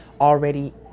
already